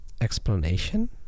explanation